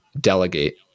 Delegate